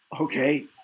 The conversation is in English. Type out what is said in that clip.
Okay